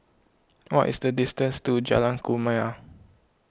what is the distance to Jalan Kumia